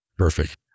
Perfect